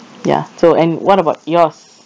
ya so and what about yours